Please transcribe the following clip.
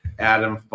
Adam